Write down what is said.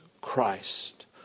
Christ